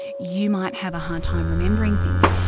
you might have a hard time remembering things.